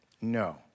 No